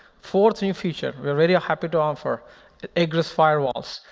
fourth new feature, we are very happy to offer egress firewalls.